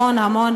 המון,